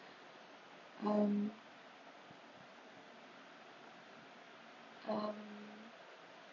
um um